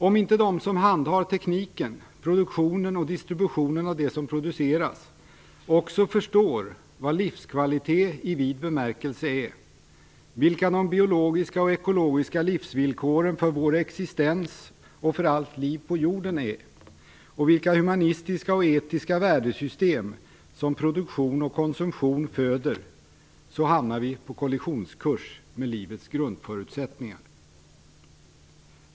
Om inte de som handhar tekniken, produktionen och distributionen av det som produceras också förstår vad livskvalitet i vid bemärkelse är, vilka de biologiska och ekologiska livsvillkoren för vår existens och för allt liv på jorden är, vilka humanistiska och etiska värdesystem som produktion och konsumtion föder, hamnar vi på kollisionskurs med livets grundförutsättningar.